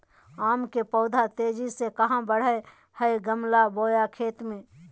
आम के पौधा तेजी से कहा बढ़य हैय गमला बोया खेत मे?